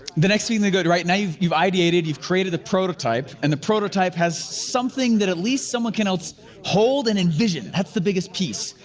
the next thing to go, right now you've you've ideated, you've created the prototype and the prototype has something that at least someone can else hold and envision, that's the biggest piece.